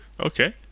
Okay